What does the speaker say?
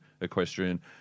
equestrian